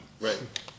Right